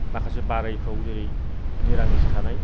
माखासे बारायफ्राव जेरै निरामिस थानाय